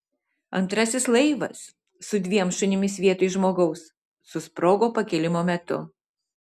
antrasis laivas su dviem šunimis vietoj žmogaus susprogo pakilimo metu